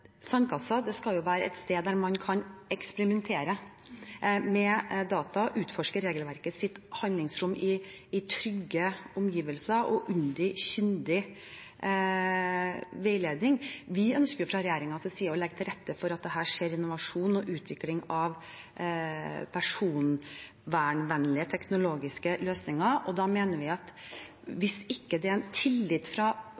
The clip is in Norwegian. skal være et sted der man kan eksperimentere med data, utforske regelverkets handlingsrom i trygge omgivelser og under kyndig veiledning. Vi ønsker fra regjeringens side å legge til rette for at det skjer innovasjon og utvikling av personvernvennlige teknologiske løsninger, og da mener vi at